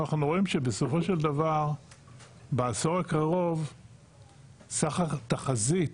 אבל אנחנו רואים שבסופו של דבר בעשור הקרוב סך התחזית